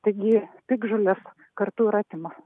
taigi piktžolės kartu ir atima